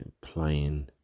playing